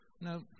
no